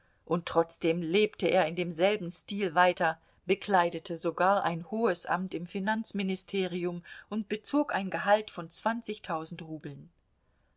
und trotzdem lebte er in demselben stil weiter bekleidete sogar ein hohes amt im finanzministerium und bezog ein gehalt von zwanzigtausend rubeln